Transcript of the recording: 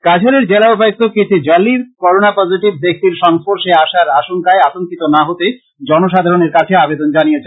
কাছাডের জেলা উপায়ক্ত Keerthi Jalli corona positive ব্যাক্তির সংর্স্পশে আসার আশংকায় আতংকিত না হতে জনসাধারনের কাছে আবেদন জানিয়েছেন